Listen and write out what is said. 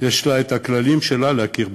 יש לה הכללים שלה להכרה במקצועות.